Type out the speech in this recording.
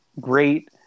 great